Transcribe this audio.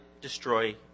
destroy